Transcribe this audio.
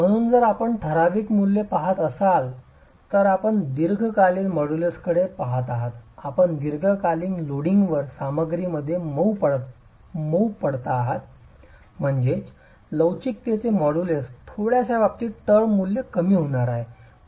म्हणून जर आपण ठराविक मूल्ये पाहत असाल तर आपण दीर्घकालीन मॉड्यूलसकडे पहात आहात आपण दीर्घकालीन लोडिंगवर सामग्रीमध्ये मऊ पडता आहात म्हणजेच लवचिकतेचे मॉड्यूलस थोड्याशा बाबतीत टर्म मूल्ये कमी होणार आहे